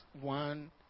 one